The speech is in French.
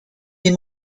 des